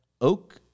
Oak